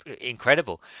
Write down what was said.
incredible